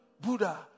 Buddha